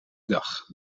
dag